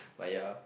but ya